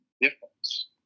difference